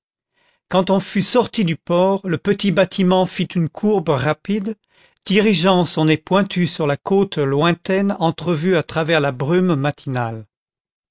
quand on fut sorti du port le petit bâtiment fit une courbe rapide dirigeant son nez pointu sur la côte lointaine entrevue à travers la brume matinale